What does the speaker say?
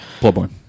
Bloodborne